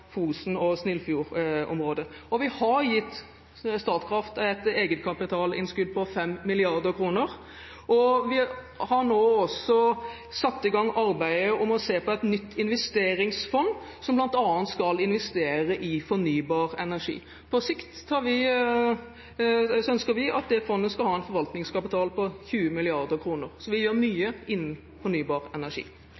Fosen og i Snillfjordområdet. Vi har gitt Statkraft et egenkapitalinnskudd på 5 mrd. kr, og vi har nå også satt i gang arbeidet med å se på et nytt investeringsfond som bl.a. skal investere i fornybar energi. Vi ønsker at det fondet på sikt skal ha en forvaltningskapital på 20 mrd. kr. Så vi gjør mye innen fornybar energi.